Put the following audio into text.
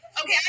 Okay